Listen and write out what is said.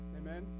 Amen